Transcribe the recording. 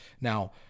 Now